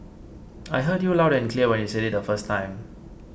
I heard you loud and clear when you said it the first time